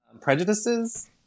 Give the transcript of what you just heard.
prejudices